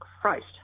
Christ